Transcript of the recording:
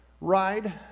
ride